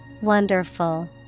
Wonderful